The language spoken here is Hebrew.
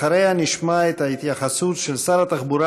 אחריה נשמע את ההתייחסות של שר התחבורה